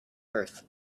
earth